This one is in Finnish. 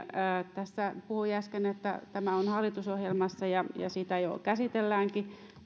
tässä puhui äsken että tämä on hallitusohjelmassa ja sitä jo käsitelläänkin